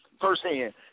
firsthand